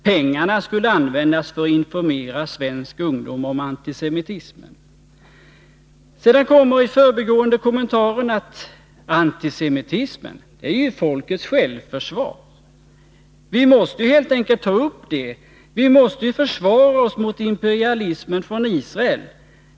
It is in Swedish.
Pengarna skulle användas för att informera svensk ungdom om antisemitismen.” Sedan kommer i förbigående kommentaren att ”antisemitismen, det är ju folkets självförsvar ——=—- vi måste ju helt enkelt ta upp det. Vi måste ju försvara oss emot imperialismen från Israel.